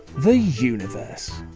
the universe,